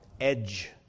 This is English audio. edge